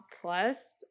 Plus